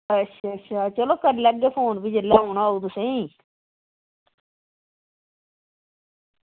अच्छा अच्छा चलो करी लैगे फोन फ्ही जेल्लै औना होग तुसेंई